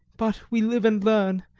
but we live and learn,